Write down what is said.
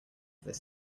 this